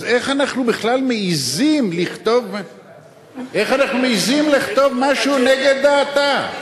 אז איך אנחנו בכלל מעזים לכתוב משהו נגד דעתה?